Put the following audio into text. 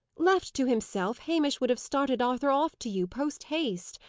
left to himself, hamish would have started arthur off to you, post haste.